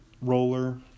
roller